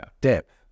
depth